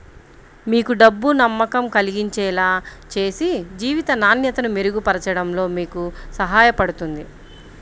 మీకు డబ్బు నమ్మకం కలిగించేలా చేసి జీవిత నాణ్యతను మెరుగుపరచడంలో మీకు సహాయపడుతుంది